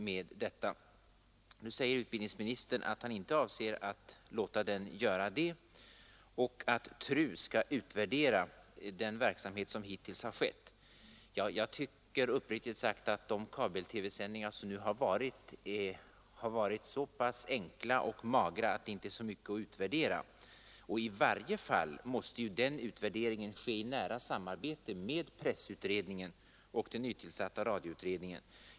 Nu säger emellertid utbildningsministern att han inte avser att låta utredningen göra det och att TRU skall utvärdera den verksamhet som hittills bedrivits. Uppriktigt sagt så tycker jag dock att de kabel-TV-sändningar som förekommit har varit så pass enkla och magra att det inte är mycket att utvärdera. Och i varje fall måste ju den utvärderingen ske i nära samarbete med pressutredningen och den nytillsatta radioutredningen.